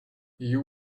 you